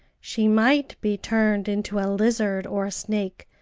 she might be turned into a lizard or a snake,